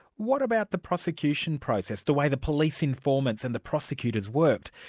what about the prosecution process, the way the police informants and the prosecutors worked?